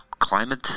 climate